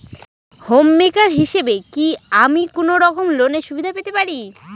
Home maker হিসেবে কি আমি কোনো রকম লোনের সুবিধা পেতে পারি?